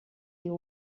you